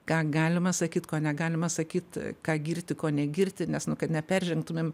ką galima sakyt ko negalima sakyt ką girti ko negirti nes nu kad neperžengtumėm